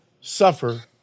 suffer